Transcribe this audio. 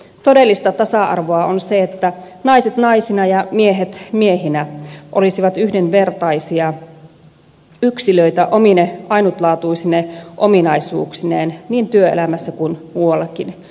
todellista tasa arvoa on se että naiset naisina ja miehet miehinä olisivat yhdenvertaisia yksilöitä omine ainutlaatuisine ominaisuuksineen niin työelämässä kuin muillakin elämänalueilla